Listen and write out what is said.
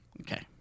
Okay